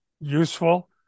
useful